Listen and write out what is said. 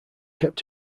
kept